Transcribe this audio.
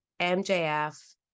MJF